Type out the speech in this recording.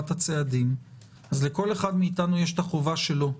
הצעדים אז לכל אחד מאתנו יש את החובה שלו.